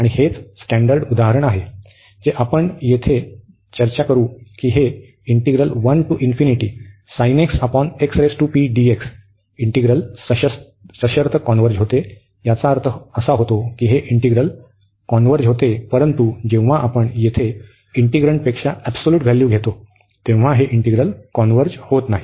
आणि हेच स्टॅंडर्ड उदाहरण आहे जे आपण येथे येथे चर्चा करूया की हे इंटिग्रल सशर्त कॉन्व्हर्ज होते याचा अर्थ होतो की हे इंटिग्रल कॉन्व्हर्ज होते परंतु जेव्हा आपण येथे इंटिग्रन्टपेक्षा एबसोल्यूट व्हॅल्यू घेतो तेव्हा हे इंटिग्रल कॉन्व्हर्ज होत नाही